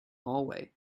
hallway